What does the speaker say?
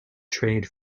trade